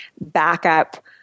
backup